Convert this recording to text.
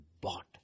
Bought